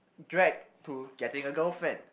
drag to getting a girlfriend